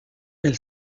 elle